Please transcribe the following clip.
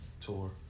tour